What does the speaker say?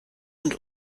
und